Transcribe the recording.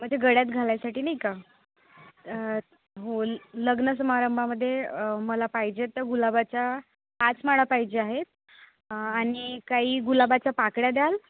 म्हणजे गळ्यात घालायसाठी नाही का होल लग्नसमारंभामध्ये मला पाहिजे तर गुलाबाच्या पाच माळा पाहिजे आहेत आणि काही गुलाबाच्या पाकळ्या द्याल